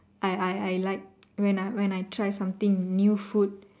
I I I like when I when I try something new food